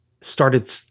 started